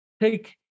take